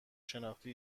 شناختی